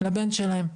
לבן שלהם.